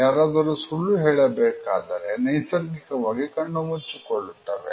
ಯಾರದರೂ ಸುಳ್ಳು ಹೇಳಬೇಕಾದರೆ ನೈಸರ್ಗಿಕವಾಗಿ ಕಣ್ಣು ಮುಚ್ಚಿಕೊಳ್ಳುತ್ತವೆ